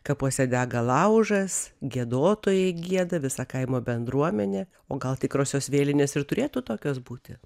kapuose dega laužas giedotojai gieda visa kaimo bendruomenė o gal tikrosios vėlinės ir turėtų tokios būti